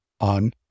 on